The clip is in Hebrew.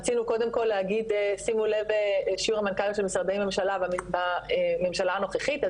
רצינו קודם כל להגיד שיעור המנכ"ליות במשרדי ממשלה בממשה הנוכחית,